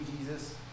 Jesus